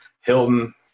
Hilton